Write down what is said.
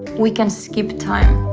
we can skip time.